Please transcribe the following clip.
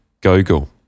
Google